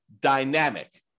dynamic